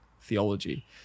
theology